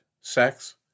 sex